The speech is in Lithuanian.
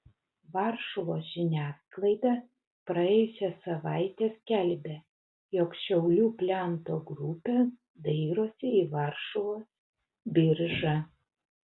varšuvos žiniasklaida praėjusią savaitę skelbė jog šiaulių plento grupė dairosi į varšuvos biržą